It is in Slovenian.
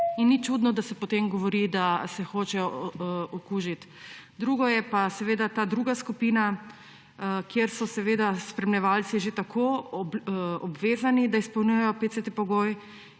In ni čudno, da se potem govori, da se hočejo okužiti. Drugo je pa ta druga skupina, kjer so seveda spremljevalci že tako obvezani, da izpolnjujejo pogoj